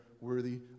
worthy